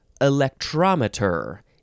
electrometer